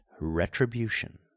RETRIBUTION